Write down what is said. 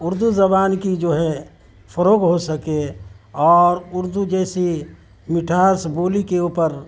اردو زبان کی جو ہے فروغ ہو سکے اور اردو جیسی مٹھاس بولی کے اوپر